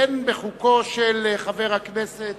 אין בחוקו של חבר הכנסת